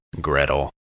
Gretel